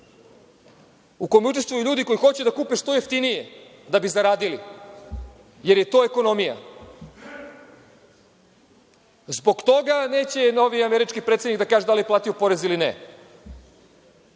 u kome učestvuju ljudi koji hoće da kupe što jeftinije, da bi zaradili, jer je to ekonomija. Zbog toga neće novi američki predsednik da kaže da li je platio porez ili ne,